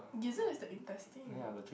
gizzard is the intestine